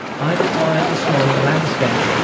i had admired the smiling landscape.